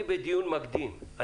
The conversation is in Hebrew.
אני בדיון מקדים.